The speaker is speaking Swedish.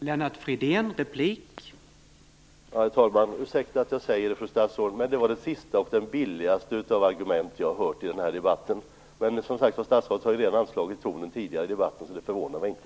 Herr talman! Ursäkta att jag säger detta, men det är det sista och billigaste av argumenten jag hört i debatten. Men statsrådet har anslagit tonen redan tidigare i debatten, så det förvånar mig inte.